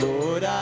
Lord